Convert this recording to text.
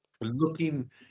Looking